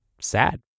sad